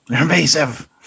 invasive